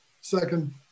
Second